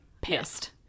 pissed